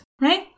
right